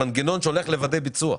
שהוא הולך לוודא ביצוע.